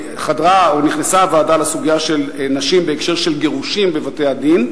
הוועדה גם חדרה או נכנסה לסוגיה של נשים בהקשר של גירושים בבתי-הדין,